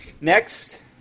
Next